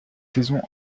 saisons